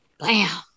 bam